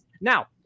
Now